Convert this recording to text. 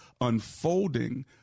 unfolding